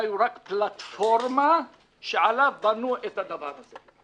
החקלאי הוא רק פלטפורמה שעליו בנו את הדבר הזה.